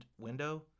window